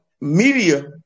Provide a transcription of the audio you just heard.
media